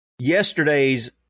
yesterday's